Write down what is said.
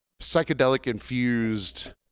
psychedelic-infused